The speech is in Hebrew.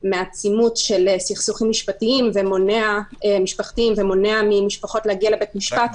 מהעצימות של סכסוכים משפחתיים ומונע ממשפחות להגיע לבית משפט,